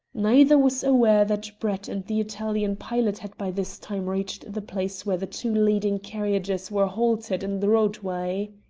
neither was aware that brett and the italian pilot had by this time reached the place where the two leading carriages were halted in the roadway.